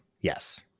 Yes